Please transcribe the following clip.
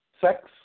Sex